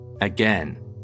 Again